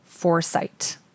foresight